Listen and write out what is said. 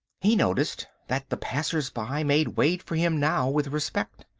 he noticed that the passers-by made way for him now with respect.